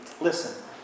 Listen